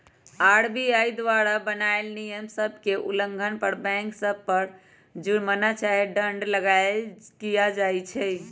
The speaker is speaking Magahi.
आर.बी.आई द्वारा बनाएल नियम सभ के उल्लंघन पर बैंक सभ पर जुरमना चाहे दंड लगाएल किया जाइ छइ